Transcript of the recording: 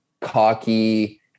cocky